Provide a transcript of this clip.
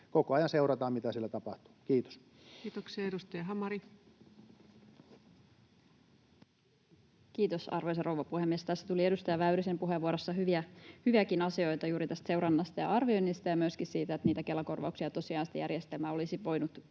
Koko ajan seurataan, mitä siellä tapahtuu. — Kiitos. Kiitoksia. — Edustaja Hamari. Kiitos, arvoisa rouva puhemies! Tässä tuli edustaja Väyrysen puheenvuorossa hyviäkin asioita juuri tästä seurannasta ja arvioinnista ja myöskin siitä, että Kela-korvausjärjestelmää olisi voinut jollakin